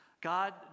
God